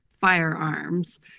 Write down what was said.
firearms